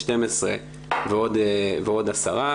12 ועוד 10,